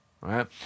right